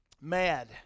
Mad